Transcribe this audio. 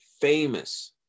famous